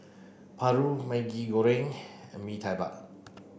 Paru Maggi Goreng and Mee Tai Bak